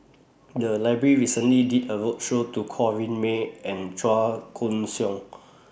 The Library recently did A roadshow to Corrinne May and Chua Koon Siong